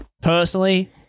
personally